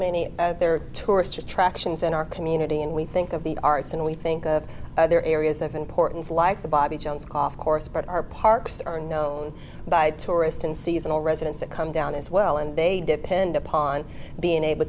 many there are tourist attractions in our community and we think of the arts and we think of other areas of importance like the bobby jones coffee chorus but our parks are known by tourists and seasonal residents that come down as well and they depend upon being able